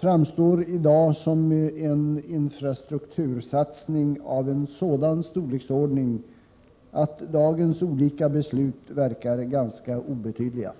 framstår i dag som en infrastruktursatsning av en sådan storleksordning att dagens olika beslut verkar ganska obetydliga.